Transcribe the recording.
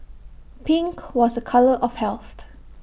pink was A colour of health